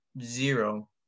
zero